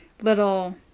little